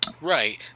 Right